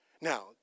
Now